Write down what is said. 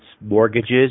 mortgages